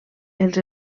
els